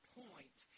point